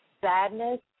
sadness